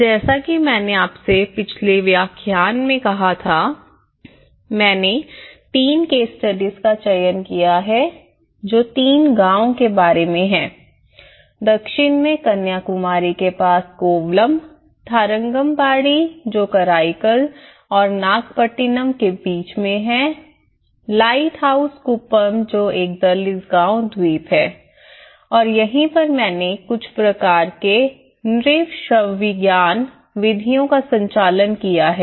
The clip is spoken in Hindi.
जैसा कि मैंने आपसे पिछले व्याख्यान में कहा था मैंने तीन केस स्टडीज का चयन किया है जो तीन गाँव के बारे में हैं दक्षिण में कन्याकुमारी के पास कोवलम थारंगमबाड़ी जो कराईकल और नागपट्टिनम के पास है लाइट हाउस कुप्पम जो एक दलित गाँव द्वीप है और यहीं पर मैंने कुछ प्रकार के नृवंशविज्ञान विधियों का संचालन किया है